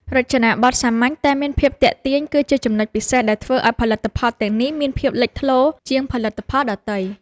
រចនាប័ទ្មសាមញ្ញតែមានភាពទាក់ទាញ គឺជាចំណុចពិសេសដែលធ្វើឱ្យផលិតផលទាំងនេះមានភាពលេចធ្លោជាងផលិតផលដទៃ។